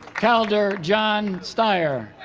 calder john styer